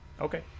Okay